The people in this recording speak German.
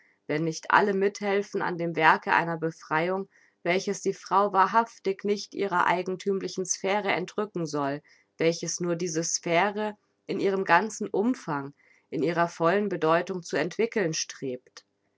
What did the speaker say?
wenn nicht alle mithelfen an dem werke einer befreiung welches die frau wahrhaftig nicht ihrer eigenthümlichen sphäre entrücken soll welches nur diese sphäre in ihrem ganzen umfang in ihrer vollen bedeutung zu entwickeln strebt